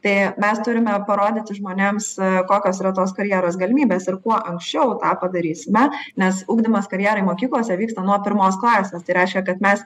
tai mes turime parodyti žmonėms kokios yra tos karjeros galimybės ir kuo anksčiau tą padarysime nes ugdymas karjerai mokyklose vyksta nuo pirmos klasės tai reiškia kad mes